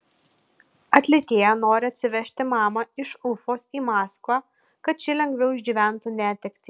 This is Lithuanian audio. atlikėja nori atsivežti mamą iš ufos į maskvą kad ši lengviau išgyventų netektį